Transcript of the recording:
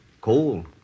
Cool